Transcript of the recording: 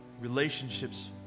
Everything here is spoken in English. Relationships